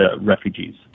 refugees